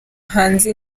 hanze